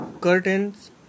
Curtains